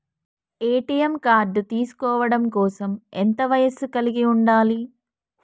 ATM card తీసుకోవడం కోసం ఎంత వయస్సు కలిగి ఉండాలి?